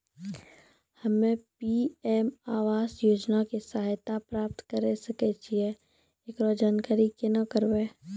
हम्मे पी.एम आवास योजना के सहायता प्राप्त करें सकय छियै, एकरो जानकारी केना करबै?